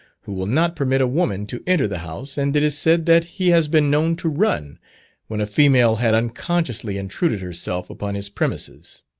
who will not permit a woman to enter the house, and it is said that he has been known to run when a female had unconsciously intruded herself upon his premises.